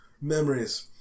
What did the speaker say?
memories